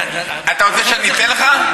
אתה רוצה שאני אתן לך?